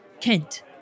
Kent